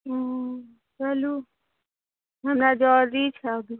हँ कहलहुँ हमरा जरुरी छै अभी